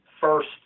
first